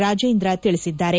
ರಾಜೇಂದ್ರ ತಿಳಿಸಿದ್ದಾರೆ